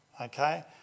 okay